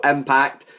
Impact